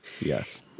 Yes